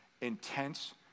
intense